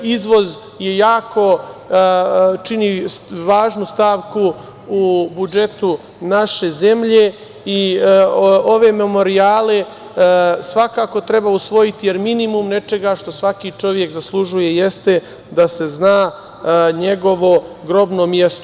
Izvoz čini jako važnu stavku u budžetu naše zemlje i ove memorijale svakako treba usvojiti, jer minimum nečega što svaki čovek zaslužuje jeste da se zna njegovo grobno mesto.